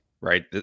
right